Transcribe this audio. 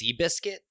Seabiscuit